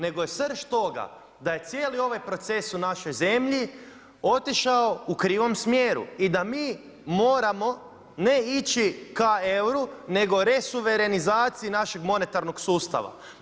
Nego je srž toga da je cijeli ovaj proces u našoj zemlji otišao u krivom smjeru, i da mi moramo ne ići, ka euro, nego resuvremenizaciji našeg monetarnog sustava.